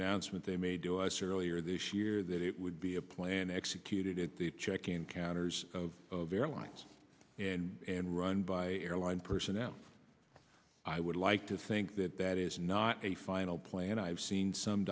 announcement they made to us earlier this year that it would be a plan executed at the check in counters of airlines and run by airline personnel i would like to think that that is not a final plan i've seen some